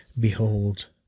Behold